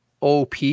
OP